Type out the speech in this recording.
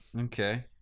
Okay